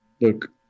Look